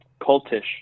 cultish